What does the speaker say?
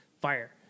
Fire